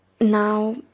now